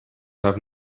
have